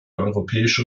europäische